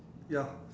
ya